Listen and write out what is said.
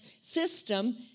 system